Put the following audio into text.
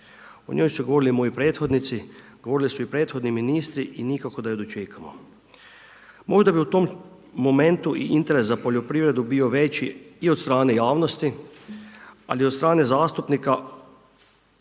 O njoj su govorili moji prethodnici, govorili su i prethodni ministri i nikako da je dočekamo. Možda bi u tom momentu i interes za poljoprivredu bio veći i od strane javnosti ali i od strane zastupnika